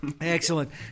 Excellent